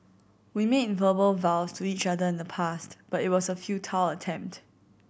we made verbal vows to each other in the past but it was a futile attempt